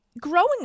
Growing